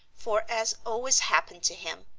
for, as always happened to him,